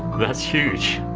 that's huge.